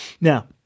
now